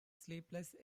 sleepless